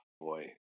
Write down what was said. boy